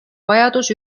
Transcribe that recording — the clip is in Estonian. vajadus